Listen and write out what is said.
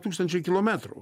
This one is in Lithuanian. tūkstančio kilometrų